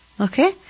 Okay